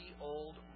old